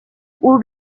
would